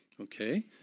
Okay